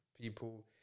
people